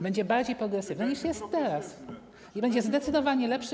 Będzie bardziej progresywny, niż jest teraz, i będzie zdecydowanie lepszy.